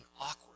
awkward